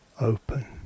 Open